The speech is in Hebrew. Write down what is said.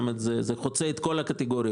נכים.